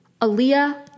Aaliyah